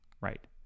right